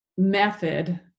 method